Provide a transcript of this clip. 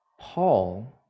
Paul